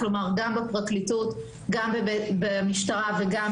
כלומר, גם בפרקליטות, גם במשטרה וגם